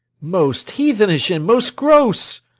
most heathenish and most gross!